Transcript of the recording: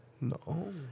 No